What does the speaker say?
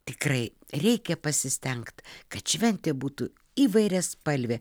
tikrai reikia pasistengt kad šventė būtų įvairiaspalvė